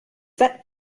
that